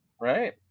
Right